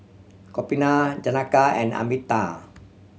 Gopinath Janaki and Amitabh